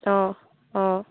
অঁ অঁ